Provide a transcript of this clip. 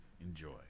enjoy